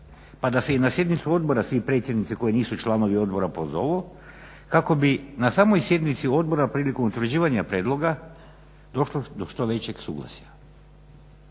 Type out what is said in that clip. pa da se i na sjednicu odbora svi predsjednici koji nisu članovi odbora pozovu kako bi na samoj sjednici odbora prilikom utvrđivanja prijedloga došlo do što većeg suglasja.